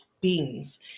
beings